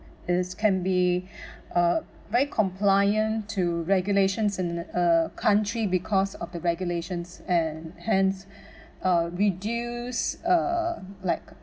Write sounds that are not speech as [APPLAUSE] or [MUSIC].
it's can be [BREATH] uh very compliant to regulations in a country because of the regulations and hence [BREATH] uh reduce uh like